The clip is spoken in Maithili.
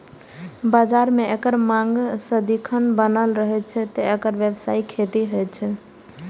बाजार मे एकर मांग सदिखन बनल रहै छै, तें एकर व्यावसायिक खेती होइ छै